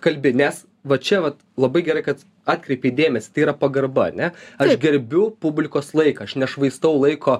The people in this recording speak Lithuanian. kalbi nes va čia va labai gerai kad atkreipei dėmes tai yra pagarba ane aš gerbiu publikos laiką aš nešvaistau laiko